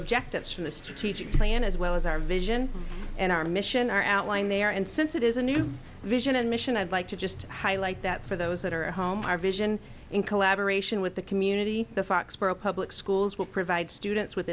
objectives from the strategic plan as well as our vision and our mission are outlined there and since it is a new vision and mission i'd like to just highlight that for those that are at home our vision in collaboration with the community the foxboro public schools will provide students with